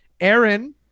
aaron